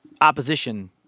opposition